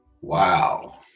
Wow